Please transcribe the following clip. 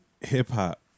Hip-hop